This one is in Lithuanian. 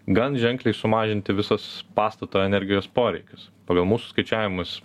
gan ženkliai sumažinti visus pastato energijos poreikius pagal mūsų skaičiavimus